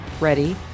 ready